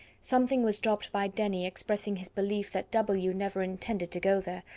something was dropped by denny expressing his belief that w. never intended to go there,